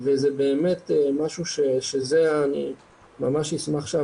ובטח ובטח מה שאתה מתאר כמחלה שקטה שאנשים ממשיכים